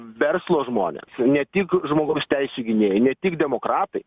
verslo žmonės ne tik žmogaus teisių gynėjai ne tik demokratai